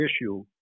issue